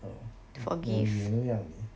err 我原谅你